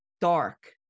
dark